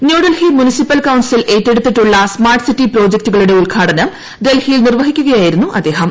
New Delhi municipal council ഏറ്റെടുത്തിട്ടുള്ള smart city പ്രോജക്ടുകളുടെ ഉദ്ഘാടനം ഡൽഹിയിൽ നിർവഹിക്കുകയായിരുന്നു അദ്ദേഹം